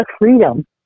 freedom